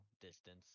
distance